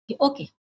okay